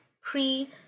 pre